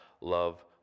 love